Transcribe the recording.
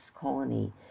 colony